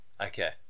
Okay